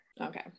Okay